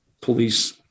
police